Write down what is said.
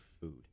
food